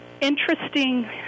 interesting